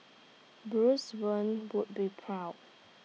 Bruce Wayne would be proud